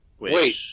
Wait